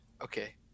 Okay